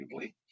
arguably